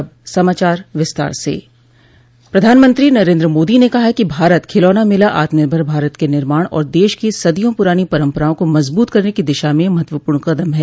अब समाचार विस्तार से प्रधानमंत्री नरेन्द्र मोदी ने कहा है कि भारत खिलौना मेला आत्मनिर्भर भारत के निर्माण और देश की सदियों पुरानी परंपराओं को मज़बूत करने की दिशा में महत्वपूर्ण कदम है